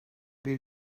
bir